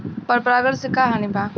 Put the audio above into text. पर परागण से का हानि बा?